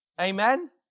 Amen